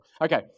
Okay